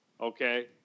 Okay